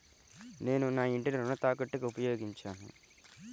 నేను నా ఇంటిని రుణ తాకట్టుకి ఉపయోగించాను